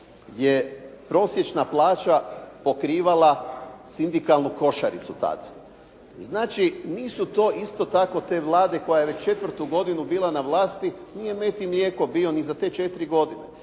je prosječna plaća pokrivala sindikalnu košaricu tada. Znači nisu to isto tako te vlade koja je već četvrtu godinu bila na vlasti, nije med i mlijeko bio ni za te četiri godine